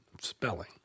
spelling